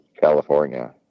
California